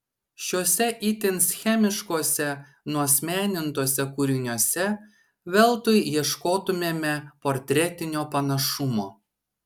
šiuose itin schemiškuose nuasmenintuose kūriniuose veltui ieškotumėme portretinio panašumo